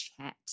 chat